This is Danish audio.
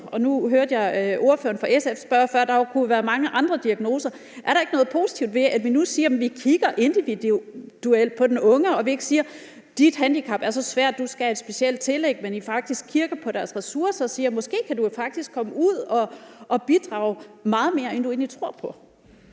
Nu hørte jeg ordføreren fra SF spørge før og sige, at der kunne være mange andre diagnoser. Er der ikke noget positivt ved, at vi nu siger, at vi kigger individuelt på den unge, og ikke siger: Dit handicap er så svært, at du skal have et specielt tillæg? Er der ikke noget positivt ved, at vi faktisk kigger på deres ressourcer og siger: Måske kan du faktisk komme ud og bidrage meget mere, end du egentlig tror? Kl.